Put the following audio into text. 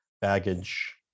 baggage